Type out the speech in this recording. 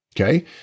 okay